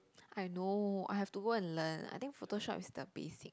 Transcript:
I know I have to go and learn I think photoshop is the basic